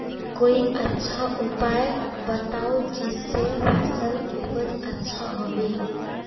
कोई अच्छा उपाय बताऊं जिससे फसल उपज अच्छा होबे